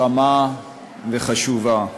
חמה וחשובה.